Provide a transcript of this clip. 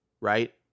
right